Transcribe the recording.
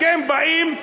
אתם באים,